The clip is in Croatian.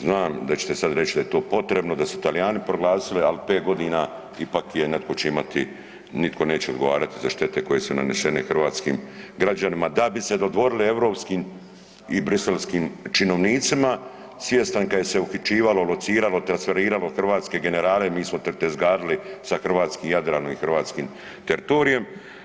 Znam da ćete sada reći da je to potrebno, da su Talijani proglasili, ali 5 godina ipak je netko će ima, nitko neće odgovarati za štete koje su nanesene hrvatskim građanima da bi se dodvorili europskim i briselskim činovnicima. … [[ne razumije se]] kada se uhićivalo, lociralo, transferiralo hrvatske generale mi smo tezgarili sa hrvatskim Jadranom i hrvatskim teritorijem.